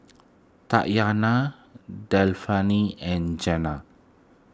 Tatyanna Delphine and Jena